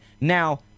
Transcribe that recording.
Now